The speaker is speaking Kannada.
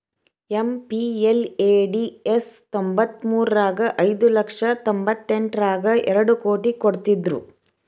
ಎಂ.ಪಿ.ಎಲ್.ಎ.ಡಿ.ಎಸ್ ತ್ತೊಂಬತ್ಮುರ್ರಗ ಐದು ಲಕ್ಷ ತೊಂಬತ್ತೆಂಟರಗಾ ಎರಡ್ ಕೋಟಿ ಕೊಡ್ತ್ತಿದ್ರು